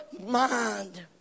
mind